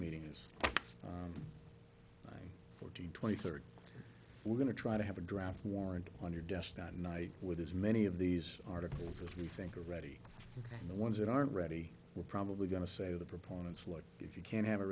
meeting is fourteen twenty thirty we're going to try to have a draft warrant on your desk not a night with as many of these articles as we think are ready the ones that aren't ready we're probably going to say the proponents what if you can't have it